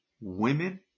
women